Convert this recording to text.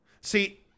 See –